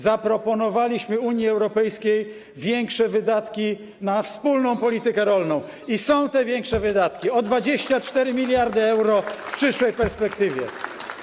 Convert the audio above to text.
Zaproponowaliśmy Unii Europejskiej większe wydatki na wspólną politykę rolną i te większe wydatki, o 24 mld euro, są ujęte w przyszłej perspektywie.